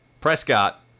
Prescott